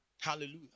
Hallelujah